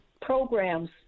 programs